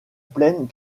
pleine